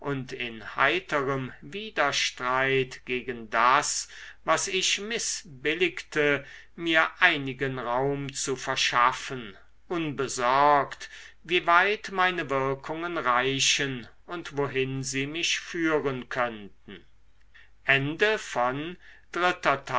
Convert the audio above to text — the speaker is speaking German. in heiterem widerstreit gegen das was ich mißbilligte mir einigen raum zu verschaffen unbesorgt wie weit meine wirkungen reichen und wohin sie mich führen könnten